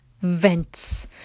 vents